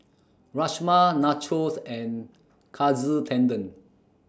Rajma Nachos and Katsu Tendon